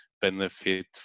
benefit